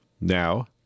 Now